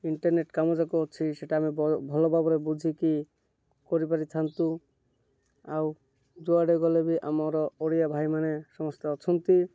internet କାମ ଯାକ ଅଛି ସେଇଟା ଆମେ ଭଲ ଭାବରେ ବୁଝିକି କରିପାରି ଥାନ୍ତୁ ଆଉ ଯୁଆଡ଼େ ଗଲେ ବି ଆମର ଓଡ଼ିଆ ଭାଇମାନେ ସମସ୍ତେ ଅଛନ୍ତି